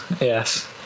Yes